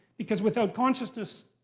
because without consciousness,